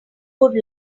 would